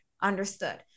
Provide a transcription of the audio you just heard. Understood